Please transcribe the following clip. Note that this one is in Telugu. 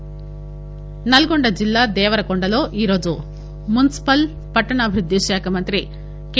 నల్గొండ నల్గొండ జిల్లా దేవరకొండ లో ఈరోజు మున్పిపల్ పట్టణాభివృద్ది శాఖ మంత్రి కె